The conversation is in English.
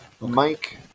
Mike